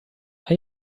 are